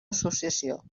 associació